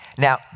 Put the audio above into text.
Now